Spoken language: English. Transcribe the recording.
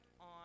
on